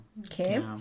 Okay